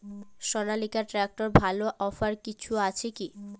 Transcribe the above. সনালিকা ট্রাক্টরে ভালো অফার কিছু আছে কি?